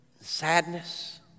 sadness